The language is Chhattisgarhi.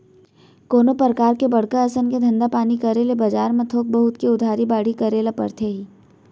कोनो परकार के बड़का असन के धंधा पानी करे ले बजार म थोक बहुत के उधारी बाड़ही करे बर परथे ही